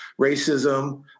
racism